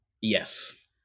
Yes